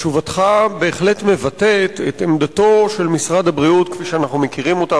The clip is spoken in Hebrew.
תשובתך בהחלט מבטאת את עמדתו של משרד הבריאות כפי שאנחנו מכירים אותה,